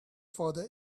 father